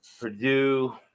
Purdue